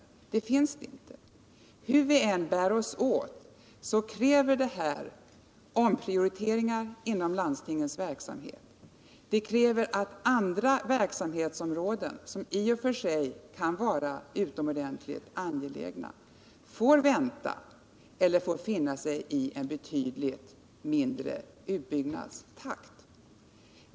Det finns det inte. Hur vi än bär oss åt kräver detta omprioriteringar inom landstingens verksamhet. Det kräver att andra verksamhetsområden, som i och för sig kan vara utomordentligt angelägna, får vänta eller får finna sig i en betydligt långsammare utbyggnadstakt.